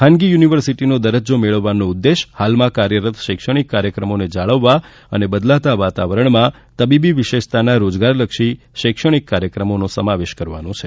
ખાનગી યુનિવર્સિટીનો દરજ્જો મેળવવાનો ઉદ્દેશ હાલમાં કાર્યરત શૈક્ષણિક કાર્યક્રમોને જાળવવા અને બદલાતા વાતાવરણમાં તબીબી વિશેષતાના રોજગારલક્ષી શૈક્ષણિક કાર્યક્રમનો સમાવેશ કરવાનો છે